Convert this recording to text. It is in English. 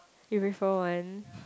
you prefer one